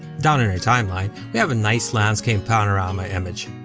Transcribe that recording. down in our timeline, we have a nice landscape panorama image.